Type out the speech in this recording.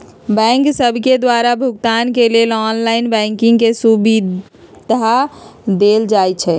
bank सभके द्वारा भुगतान के लेल ऑनलाइन बैंकिंग के सुभिधा देल जाइ छै